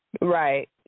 Right